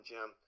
Jim